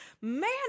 man